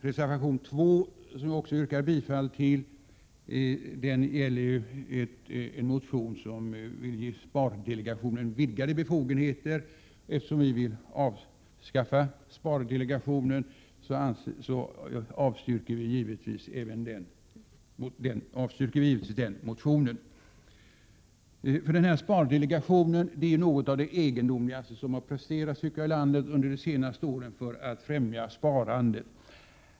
Reservation 2, som jag också yrkar bifall till, gäller en motion i vilken föreslås att spardelegationen skall ges vidgade befogenheter. Eftersom vi vill avskaffa spardelegationen, avstyrker vi givetvis bifall till den motionen. Denna spardelegation är enligt min mening något av det egendomligaste som har presterats i landet under de senaste åren för att främja sparandet.